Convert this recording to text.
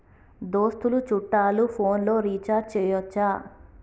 దోస్తులు చుట్టాలు ఫోన్లలో రీఛార్జి చేయచ్చా?